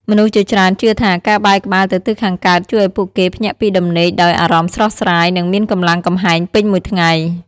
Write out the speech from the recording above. មនុស្សជាច្រើនជឿថា ការបែរក្បាលទៅទិសខាងកើតជួយឱ្យពួកគេភ្ញាក់ពីដំណេកដោយអារម្មណ៍ស្រស់ស្រាយ និងមានកម្លាំងកំហែងពេញមួយថ្ងៃ។